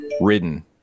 ridden